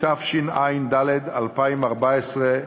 התשע"ד 2014,